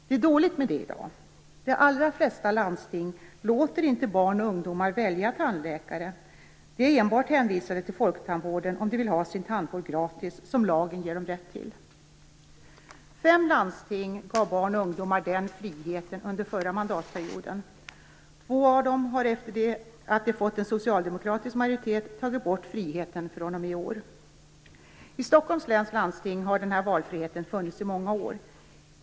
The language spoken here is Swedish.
Det är dåligt med det i dag. De allra flesta landsting låter inte barn och ungdomar välja tandläkare. De är enbart hänvisade till folktandvården, om de vill ha sin tandvård gratis, vilket lagen ger dem rätt till. Fem landsting gav barn och ungdomar den friheten under den förra mandatperioden. Två av dem har efter det att de fått en socialdemokratisk majoritet tagit bort den friheten fr.o.m. i år. I Stockholms läns landsting har den här valfriheten funnits i många år.